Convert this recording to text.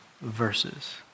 verses